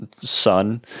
son